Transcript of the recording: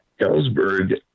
Ellsberg